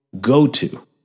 go-to